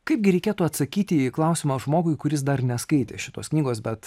kaipgi reikėtų atsakyti į klausimą žmogui kuris dar neskaitė šitos knygos bet